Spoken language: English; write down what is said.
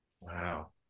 Wow